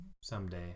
someday